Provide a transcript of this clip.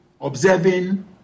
observing